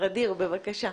ע'דיר, בבקשה.